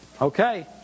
Okay